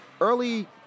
early